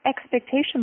expectation